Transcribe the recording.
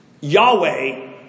Yahweh